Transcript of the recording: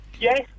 Yes